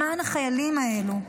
למען החיילים האלו,